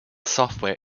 software